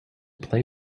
play